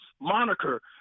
moniker